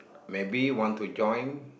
maybe want to join